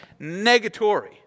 Negatory